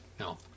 No